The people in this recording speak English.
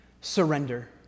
Surrender